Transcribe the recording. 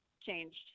changed